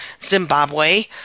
Zimbabwe